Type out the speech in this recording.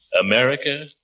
America